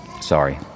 Sorry